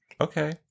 Okay